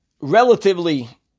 relatively